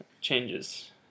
changes